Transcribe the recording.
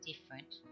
different